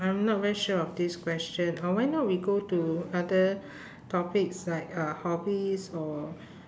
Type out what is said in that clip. I'm not very sure of this question or why not we go to other topics like uh hobbies or